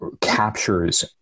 captures